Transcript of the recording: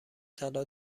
طلا